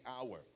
hour